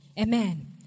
Amen